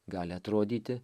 gali atrodyti